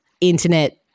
internet